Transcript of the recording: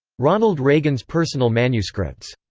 ronald reagan's personal manuscripts